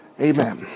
Amen